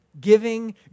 Giving